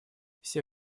все